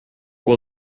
will